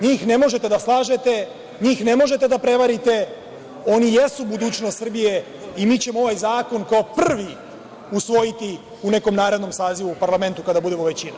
NJih ne možete da slažete, njih ne možete da prevarite, oni jesu budućnost Srbije i mi ćemo ovaj zakon, kao prvi, usvojiti u nekom narednom sazivu, u parlamentu kada budemo većina.